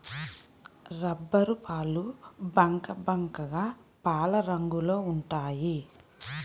రబ్బరుపాలు బంకబంకగా పాలరంగులో ఉంటాయి